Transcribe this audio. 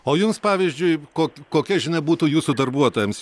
o jums pavyzdžiui kok kokia žinia būtų jūsų darbuotojams